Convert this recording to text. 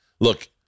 look